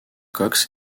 cox